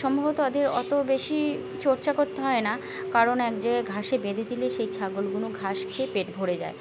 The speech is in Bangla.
সম্ভবত ওদের অত বেশি চর্চা করতে হয় না কারণ এক জায়গায় ঘাসে বেঁধে দিলে সেই ছাগলগুলো ঘাস খেয়ে পেট ভরে যায়